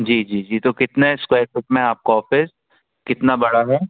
जी जी जी तो कितने स्क्वैर फिट में है आपका ऑफिस कितना बड़ा है